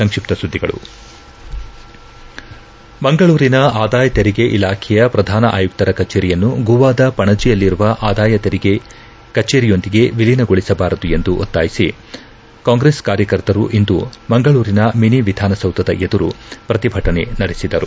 ಸಂಕ್ಷಿಪ್ತ ಸುದ್ಧಿಗಳು ಮಂಗಳೂರಿನ ಆದಾಯ ತೆರಿಗೆ ಇಲಾಖೆಯ ಪ್ರಧಾನ ಆಯುಕ್ತರ ಕಚೇರಿಯನ್ನು ಗೋವಾದ ಪಣಜಿಯಲ್ಲಿರುವ ಆದಾಯ ತೆರಿಗೆ ಕಚೇರಿಯೊಂದಿಗೆ ವಿಲೀನಗೊಳಿಸಬಾರದು ಎಂದು ಒತ್ತಾಯಿಸಿ ಕಾಂಗ್ರೆಸ್ ಕಾರ್ಯಕರ್ತರು ಇಂದು ಮಂಗಳೂರಿನ ಮಿನಿ ವಿಧಾನಸೌಧದ ಎದುರು ಪ್ರತಿಭಟನೆ ನಡೆಸಿದರು